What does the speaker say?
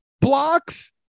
blocks